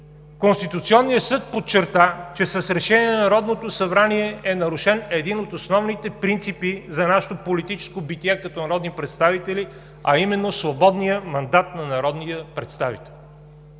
Конституционният съд подчерта, че с решение на Народното събрание е нарушен един от основните принципи за нашето политическо битие като народни представители, а именно свободният мандат на народния представител.